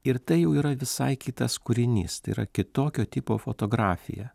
ir tai jau yra visai kitas kūrinys tai yra kitokio tipo fotografija